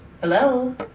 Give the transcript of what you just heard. Hello